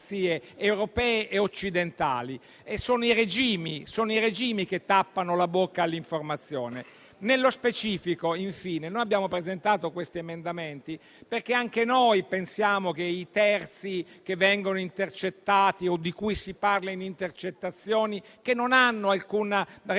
europee e occidentali? Sono i regimi che tappano la bocca all'informazione. Nello specifico, infine, abbiamo presentato questi emendamenti perché anche noi pensiamo che i terzi che vengono intercettati o di cui si parla nelle intercettazioni, che non hanno alcuna responsabilità